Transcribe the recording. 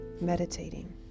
meditating